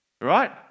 right